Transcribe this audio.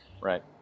Right